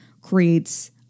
creates